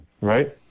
right